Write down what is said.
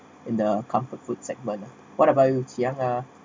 in the comfort food segment what about you chiang ah